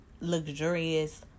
luxurious